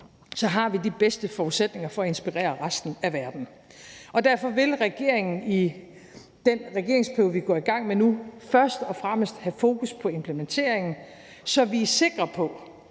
har vi de bedste forudsætninger for at inspirere resten af verden. Derfor vil regeringen i den regeringsperiode, vi går i gang med nu, først og fremmest have fokus på implementeringen, så vi er sikre på,